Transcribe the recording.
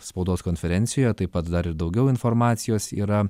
spaudos konferencijoje taip pat dar ir daugiau informacijos yra